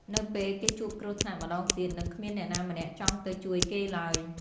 នៅពេលគេជួបគ្រោះថ្នាក់ម្ដងទៀត នឹងគ្មានអ្នកណាម្នាក់ចង់ទៅជួយគេឡើយ។